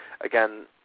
again